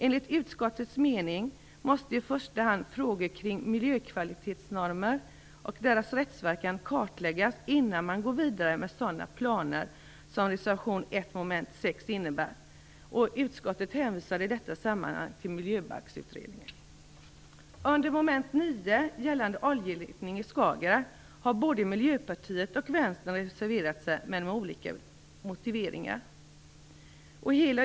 Enligt utskottets mening måste i första hand frågorna kring miljökvalitetsnormer och deras rättsverkan kartläggas innan man går vidare med sådana planer som reservation 1 under mom. 6 innebär. Utskottet hänvisar i detta sammanhang till Miljöbalksutredningen. Under mom. 9 gällande oljeletningen i Skagerrak har både Miljöpartiet och Vänsterpartiet reserverat sig, men med olika motiveringar.